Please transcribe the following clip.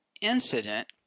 incident